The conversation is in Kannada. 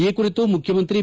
ಈ ಕುರಿತು ಮುಖ್ಯಮಂತ್ರಿ ಬಿ